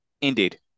Indeed